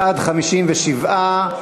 בעד, 57,